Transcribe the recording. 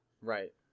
Right